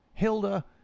Hilda